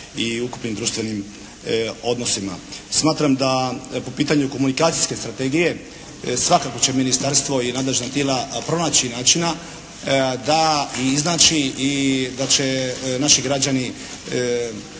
i ukupnim društvenim odnosima. Smatram da po pitanju komunikacijske strategije svakako će ministarstvo i nadležna tijela pronaći načina da i iznaći i da će naši građani